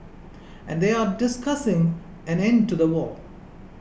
and they are discussing an end to the war